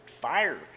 fire